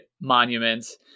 Monuments